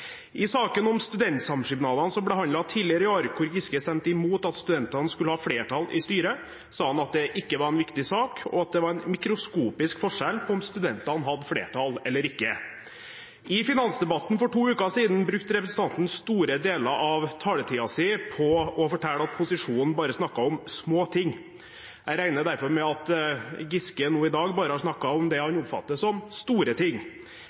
I saken om studentsamskipnadene som ble behandlet tidligere i år, hvor Giske stemte mot at studentene skulle ha flertall i styret, sa han at det ikke var en viktig sak, og at det var en mikroskopisk forskjell på om studentene hadde flertall eller ikke. I finansdebatten for to uker siden brukte representanten store deler av taletiden sin på å fortelle at posisjonen bare snakket om «små ting». Jeg regner derfor med at Giske nå i dag bare har snakket om det han oppfatter som store ting.